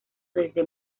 desde